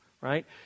right